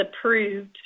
approved